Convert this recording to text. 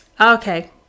Okay